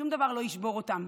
שום דבר לא ישבור אותם,